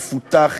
מפותח,